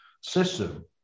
system